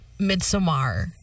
Midsommar